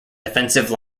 defensive